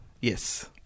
Yes